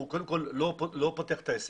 הוא לא פותח את העסק.